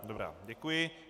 Dobrá, děkuji.